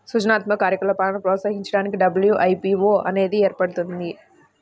సృజనాత్మక కార్యకలాపాలను ప్రోత్సహించడానికి డబ్ల్యూ.ఐ.పీ.వో అనేది ఏర్పడింది